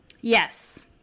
Yes